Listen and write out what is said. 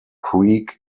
creek